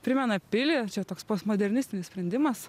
primena pilį čia toks postmodernistinis sprendimas